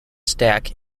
stack